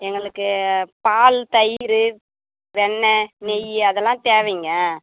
எங்களுக்கு பால் தயிர் வெண்ணை நெய் அதெல்லாம் தேவைங்க